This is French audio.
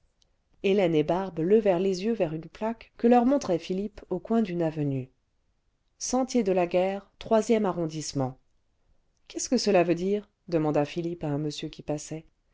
hélène et barbé levèrent les yeux vers uue plaque que leur montrait philippe au coin d'une avenue sentier de la guerre iiracarrondissement ce qu'est-ce que cela veut dire demanda philippe à un monsieur qui passait